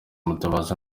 mutabazi